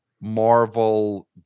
Marvel